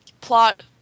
plot